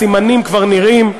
הסימנים כבר נראים,